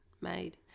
made